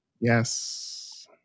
Yes